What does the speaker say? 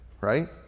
right